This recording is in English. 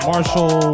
Marshall